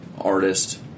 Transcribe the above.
artist